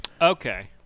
okay